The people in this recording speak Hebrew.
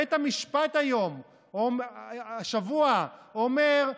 בית המשפט השבוע אומר: